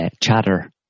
chatter